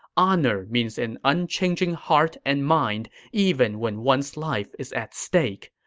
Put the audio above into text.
honor means an unchanging heart and mind even when one's life is at stake.